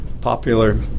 popular